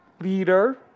leader